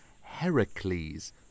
Heracles